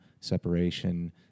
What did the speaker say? separation